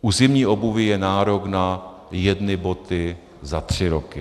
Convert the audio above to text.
U zimní obuvi je nárok na jedny boty za tři roky.